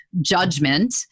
judgment